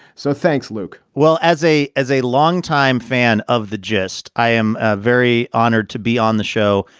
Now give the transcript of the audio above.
so thanks, luke well, as a as a longtime fan of the gist, i am ah very honored to be on the show.